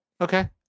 Okay